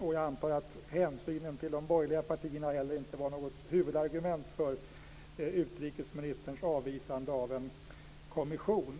Jag antar att hänsynen till de borgerliga partierna inte heller var något huvudargument för utrikesministerns avvisande av en kommission.